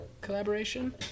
collaboration